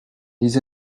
les